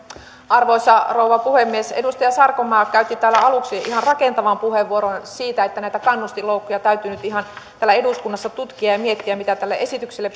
arvoisa rouva puhemies edustaja sarkomaa käytti täällä aluksi ihan rakentavan puheenvuoron siitä että näitä kannustinloukkuja täytyy nyt ihan täällä eduskunnassa tutkia ja miettiä mitä tälle esitykselle